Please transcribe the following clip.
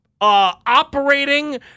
operating